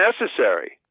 necessary